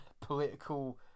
political